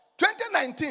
2019